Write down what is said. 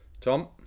Tom